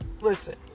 listen